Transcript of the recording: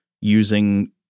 using –